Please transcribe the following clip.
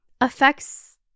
affects